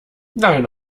nein